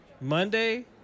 Monday